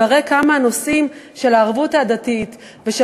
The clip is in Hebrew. מראה כמה הנושאים של הערבות ההדדית ושל